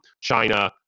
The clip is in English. China